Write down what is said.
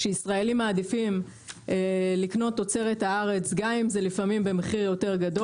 שישראלים מעדיפים לקנות תוצרת הארץ גם אם זה לפעמים במחיר יותר גבוה